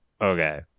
okay